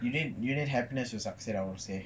you need happiness to succeed I will say